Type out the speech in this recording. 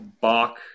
Bach